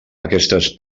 aquestes